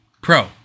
pro